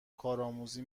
کارآموزی